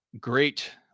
great